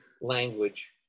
language